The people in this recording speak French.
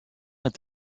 est